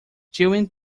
chewing